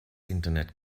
internet